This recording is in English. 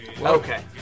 Okay